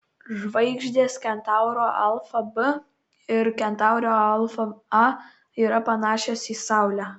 žvaigždės kentauro alfa b ir kentauro alfa a yra panašios į saulę